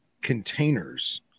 containers